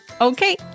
Okay